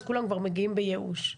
כולם כבר מגיעים בייאוש,